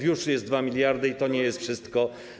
Już jest 2 mld, i to nie jest wszystko.